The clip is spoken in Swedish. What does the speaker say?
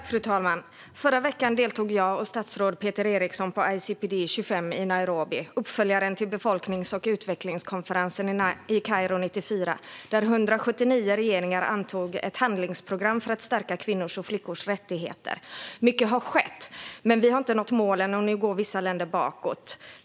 Fru talman! Förra veckan deltog jag och statsrådet Peter Eriksson i konferensen ICPD25 i Nairobi, uppföljaren till befolknings och utvecklingskonferensen i Kairo 1994, där 179 regeringar antog ett handlingsprogram för att stärka kvinnors och flickors rättigheter. Mycket har skett, men vi har inte nått målen, och nu går vissa länder bakåt.